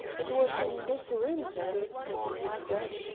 it was in this room, then, continued brett,